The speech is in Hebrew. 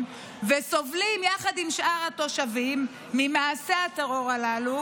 וסובלים יחד עם שאר התושבים ממעשי הטרור הללו,